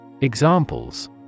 Examples